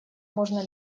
можно